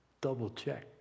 double-check